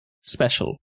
special